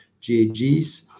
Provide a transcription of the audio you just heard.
GAGs